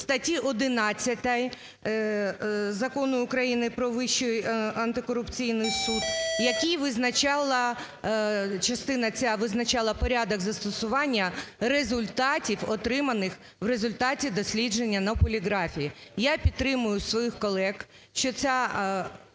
статті 11 Закону України "Про Вищий антикорупційний суд", яка визначала, частина ця визначала порядок застосування результатів, отриманих в результаті дослідження на поліграфі. Я підтримую своїх колег, що ця